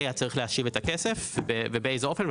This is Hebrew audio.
היה צריך להשיב את הכסף ובאיזה אופן,